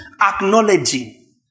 acknowledging